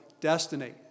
destiny